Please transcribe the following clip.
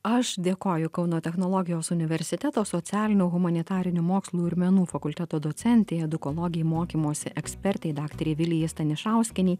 aš dėkoju kauno technologijos universiteto socialinių humanitarinių mokslų ir menų fakulteto docentei edukologei mokymosi ekspertei daktarei vilijai stanišauskienei